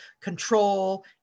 control